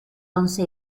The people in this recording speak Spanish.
once